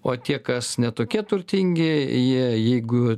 o tie kas ne tokie turtingi jie jeigu